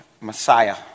Messiah